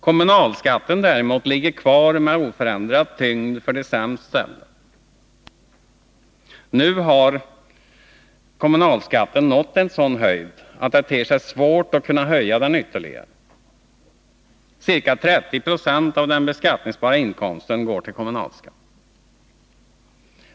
Kommunalskatten däremot ligger kvar med oförändrad tyngd för de sämst ställda. Nu har kommunalskatten nått en sådan höjd att det ter sig svårt att höja den ytterligare. Ca 30 26 av den beskattningsbara inkomsten går till kommunalskatt.